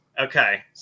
Okay